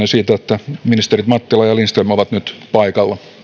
siitä että ministerit mattila ja lindström ovat nyt paikalla